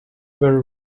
very